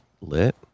Lit